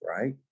Right